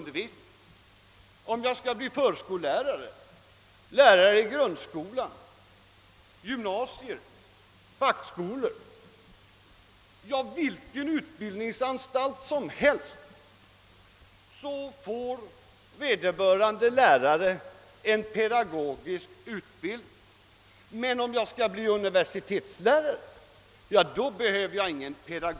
Den som skall bli förskollärare eller lärare i grundskola, gymnasium, fackskola eller vilken annan utbildningsanstalt som helst får en pedagogisk utbildning, men den som skall bli universitetslärare behöver ingen sådan.